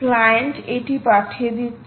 client এটি পাঠিয়ে দিচ্ছে